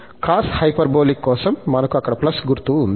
cos hyperbolic కోసం మనకు అక్కడ గుర్తు ఉంది